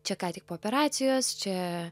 čia ką tik po operacijos čia